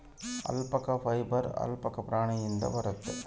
alpaca fibre alpaca ಪ್ರಾಣಿಯಿಂದ ಬರುತ್ತೆ